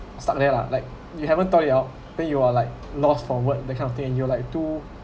stuck there lah like you haven't thought it out then you are like lost forward that kind of thing you like too